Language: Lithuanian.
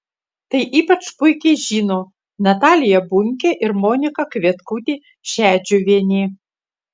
tai ypač puikiai žino natalija bunkė ir monika kvietkutė šedžiuvienė